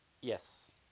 Yes